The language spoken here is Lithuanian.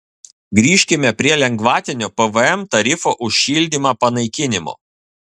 grįžkime prie lengvatinio pvm tarifo už šildymą panaikinimo